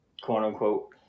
quote-unquote